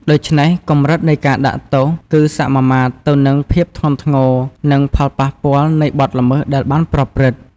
ដូច្នេះ កម្រិតនៃការដាក់ទោសគឺសមាមាត្រទៅនឹងភាពធ្ងន់ធ្ងរ និងផលប៉ះពាល់នៃបទល្មើសដែលបានប្រព្រឹត្ត។